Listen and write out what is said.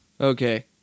Okay